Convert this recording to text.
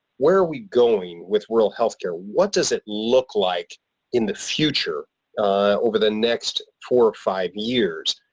where are we going with rural health care? what does it look like in the future over the next four or five years?